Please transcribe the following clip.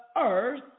earth